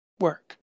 work